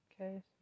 okay